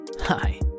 Hi